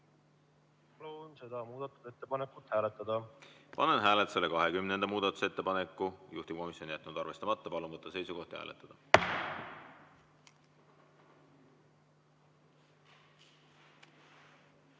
Palun seda muudatusettepanekut hääletada. Panen hääletusele 19. muudatusettepaneku. Juhtivkomisjon on jätnud arvestamata. Palun võtta seisukoht ja hääletada!